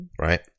right